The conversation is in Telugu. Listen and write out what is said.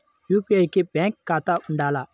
యూ.పీ.ఐ కి బ్యాంక్ ఖాతా ఉండాల?